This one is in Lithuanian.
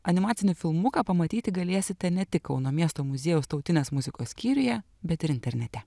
animacinį filmuką pamatyti galėsite ne tik kauno miesto muziejaus tautinės muzikos skyriuje bet ir internete